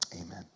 Amen